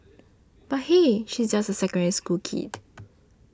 but hey she is just a Secondary School kid